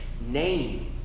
name